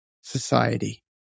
society